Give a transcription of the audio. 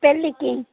పెళ్లికి